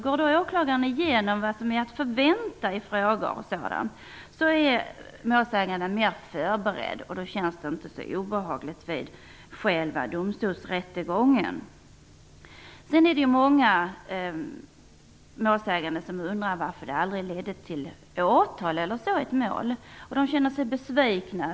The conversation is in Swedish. Går åklagaren igenom vad som är att förvänta är målsäganden mer förberedd, och då känns det inte så obehagligt vid själva rättegången i domstolen. Det är många målsägande som undrar varför ett mål aldrig ledde till åtal. De känner sig besvikna.